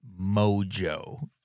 Mojo